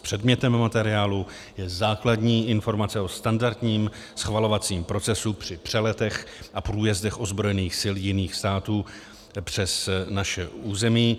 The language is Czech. Předmětem materiálu je základní informace o standardním schvalovacím procesu při přeletech a průjezdech ozbrojených sil jiných států přes naše území.